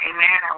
Amen